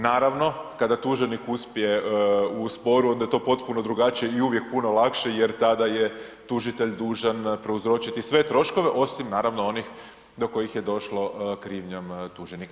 Naravno kada tuženik uspije u sporu onda je to potpuno drugačije i uvijek puno lakše jer tada je tužitelj dužan prouzročiti sve troškove osim naravno onih do kojih je došlo krivnjom tuženika.